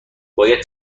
باید